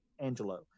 Angelo